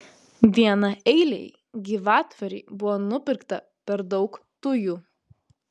vienaeilei gyvatvorei buvo nupirkta per daug tujų